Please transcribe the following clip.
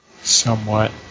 somewhat